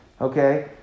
Okay